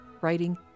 writing